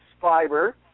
fiber